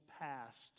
past